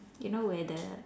you know where the